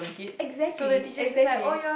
exactly exactly